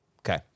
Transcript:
Okay